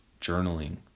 journaling